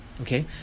okay